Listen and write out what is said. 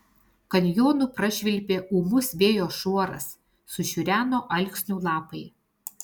kanjonu prašvilpė ūmus vėjo šuoras sušiureno alksnių lapai